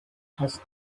has